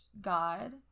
God